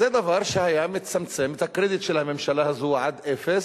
זה דבר שהיה מצמצם את הקרדיט של הממשלה הזאת עד אפס.